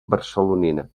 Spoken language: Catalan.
barcelonina